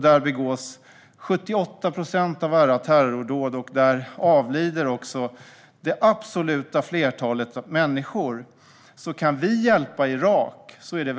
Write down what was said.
Där begås 78 procent av alla terrordåd. Det är också där det absoluta flertalet människor dödas till följd av sådana brott.